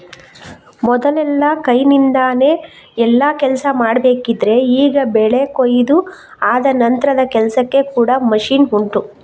ಮೊದಲೆಲ್ಲ ಕೈನಿಂದಾನೆ ಎಲ್ಲಾ ಕೆಲ್ಸ ಮಾಡ್ಬೇಕಿದ್ರೆ ಈಗ ಬೆಳೆ ಕೊಯಿದು ಆದ ನಂತ್ರದ ಕೆಲ್ಸಕ್ಕೆ ಕೂಡಾ ಮಷೀನ್ ಉಂಟು